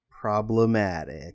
problematic